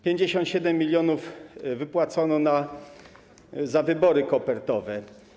57 mln wypłacono na wybory kopertowe.